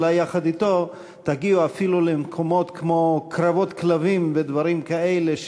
אולי יחד אתו תגיעו אפילו למקומות כמו קרבות כלבים ודברים כאלה,